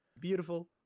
Beautiful